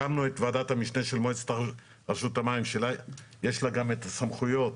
הקמנו את ועדת המשנה של רשות המים שיש לה גם את הסמכויות